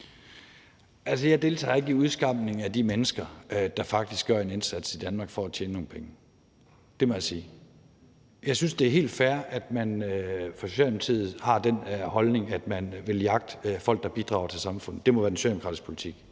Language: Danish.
jeg deltager ikke i udskamningen af de mennesker, der faktisk gør en indsats i Danmark for at tjene nogle penge. Det må jeg sige. Jeg synes, det er helt fair, at man i Socialdemokratiet har den holdning, at man vil jagte folk, der bidrager til samfundet. Det må være den socialdemokratiske politik.